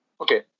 Okay